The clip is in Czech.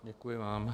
Děkuji vám.